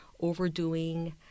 overdoing